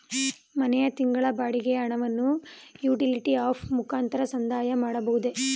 ಮನೆಯ ತಿಂಗಳ ಬಾಡಿಗೆ ಹಣವನ್ನು ಯುಟಿಲಿಟಿ ಆಪ್ ಮುಖಾಂತರ ಸಂದಾಯ ಮಾಡಬಹುದೇ?